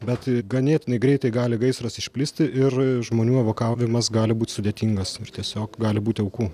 bet ganėtinai greitai gali gaisras išplisti ir žmonių evakavimas gali būti sudėtingas ar tiesiog gali būti aukų